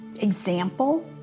example